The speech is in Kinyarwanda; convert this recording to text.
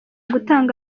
gutanga